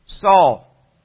Saul